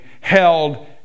held